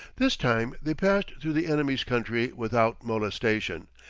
this time they passed through the enemy's country without molestation,